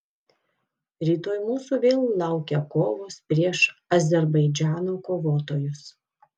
rytoj mūsų vėl laukia kovos prieš azerbaidžano kovotojus